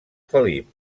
felip